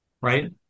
right